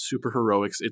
superheroics